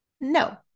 No